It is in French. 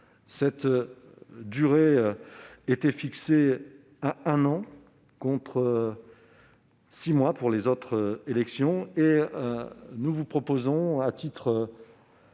Celle-ci était fixée à un an, contre six mois pour les autres élections.